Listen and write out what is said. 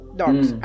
dogs